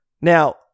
Now